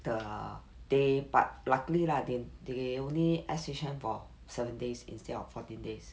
the day but luckily lah they only S_H_N for seven days instead of fourteen days